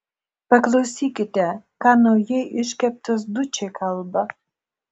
paklausykite ką naujai iškeptas dučė kalba